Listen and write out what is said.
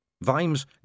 Vimes